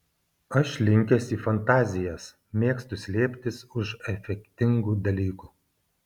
aš linkęs į fantazijas mėgstu slėptis už efektingų dalykų